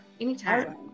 Anytime